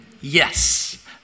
Yes